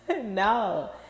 no